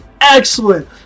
excellent